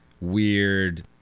weird